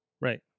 Right